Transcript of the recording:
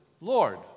Lord